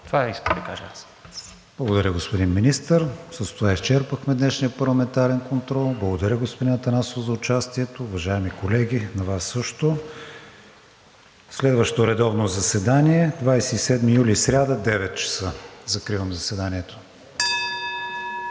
КРИСТИАН ВИГЕНИН: Благодаря, господин Министър. С това изчерпахме днешния парламентарен контрол. Благодаря, господин Атанасов, за участието. Уважаеми колеги, на Вас също. Следващо редовно заседание – 27 юли, сряда, от 9,00 ч. Закривам заседанието. (Звъни.)